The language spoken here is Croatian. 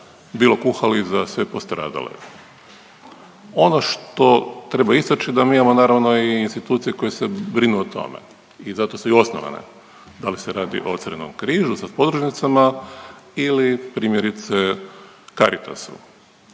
bilo kuhali za sve postradale. Ono što treba istaći, da mi imamo, naravno i institucije koje se brinu o tome i zato su i osnovane, da li se radi o Crvenom križu sa podružnicama ili primjerice, Caritasu.